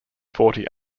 forty